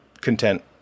content